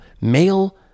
male